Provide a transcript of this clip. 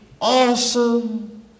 awesome